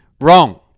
Wrong